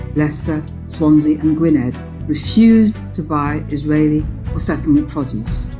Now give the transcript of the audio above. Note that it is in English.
leicester, swansea and gwynedd refused to buy israeli or settlement produce.